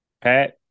Pat